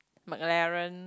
McLaren